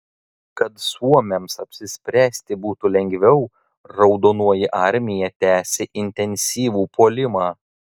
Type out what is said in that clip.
kad suomiams apsispręsti būtų lengviau raudonoji armija tęsė intensyvų puolimą